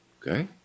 Okay